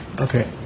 Okay